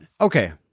okay